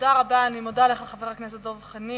תודה לחבר הכנסת דב חנין.